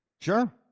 sure